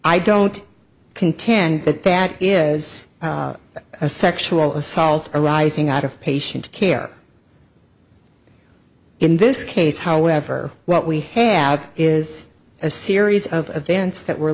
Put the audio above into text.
i don't contend that that is a sexual assault arising out of patient care in this case however what we have is a series of events that were